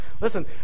Listen